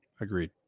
Agreed